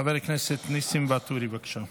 חבר הכנסת נסים ואטורי, בבקשה,